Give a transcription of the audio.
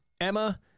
Emma